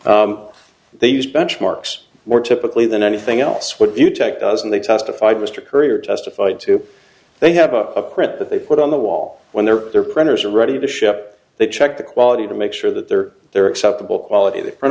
they used benchmarks more typically than anything else would you check does and they testified mr currier testified to they have a print that they put on the wall when their their printers are ready to ship they check the quality to make sure that there are there are acceptable quality that print